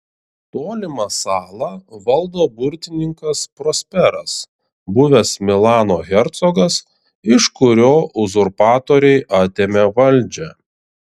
tolimą salą valdo burtininkas prosperas buvęs milano hercogas iš kurio uzurpatoriai atėmė valdžią